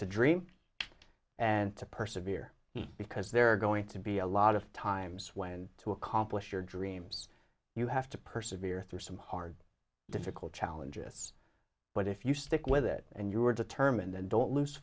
to dream and to purse of year because there are going to be a lot of times when to accomplish your dreams you have to persevere through some hard difficult challenges but if you stick with it and you were determined and don't lose